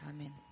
Amen